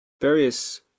various